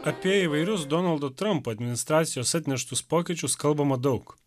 apie įvairius donaldo trampo administracijos atneštus pokyčius kalbama daug